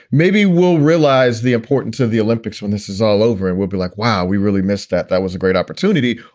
maybe we'll realize the importance of the olympics when this is all over and we'll be like, wow, we really missed that. that was a great opportunity.